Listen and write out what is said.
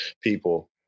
people